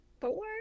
four